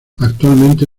actualmente